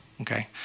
Okay